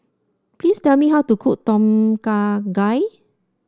please tell me how to cook Tom Kha Gai